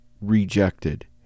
rejected